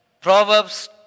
Proverbs